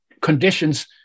conditions